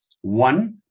one